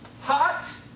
hot